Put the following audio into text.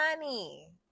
money